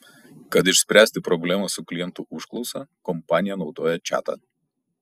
kad išspręsti problemą su klientų užklausa kompanija naudoja čatą